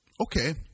Okay